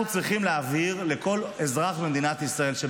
אני רק אומר דבר אחד: